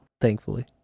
Thankfully